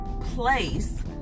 place